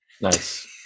Nice